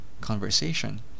conversation